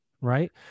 Right